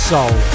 Soul